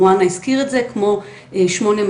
מוהאנה הזכיר את זה כמו 8200,